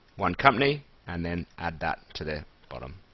one company and then add that to the bottom.